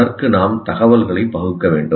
அதற்கு நாம் தகவல்களை பகுக்க வேண்டும்